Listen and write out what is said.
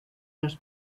los